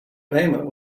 payment